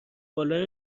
بالا